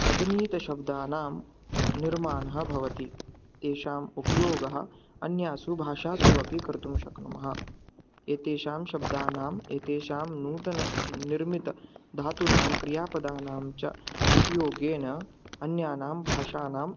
अगणितशब्दानां निर्माणं भवति तेषाम् उपयोगः अन्यासु भाषासु अपि कर्तुं शक्नुमः एतेषां शब्दानाम् एतेषां नूतननिर्मितधातूनां क्रियापदानां च उपयोगेन अन्यासां भाषाणाम्